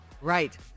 Right